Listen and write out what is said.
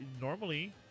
normally